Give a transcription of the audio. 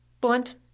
Blunt